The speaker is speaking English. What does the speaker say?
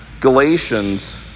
Galatians